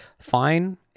fine